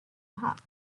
hot